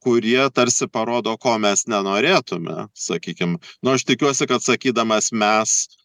kurie tarsi parodo ko mes nenorėtume sakykim nu aš tikiuosi kad sakydamas mes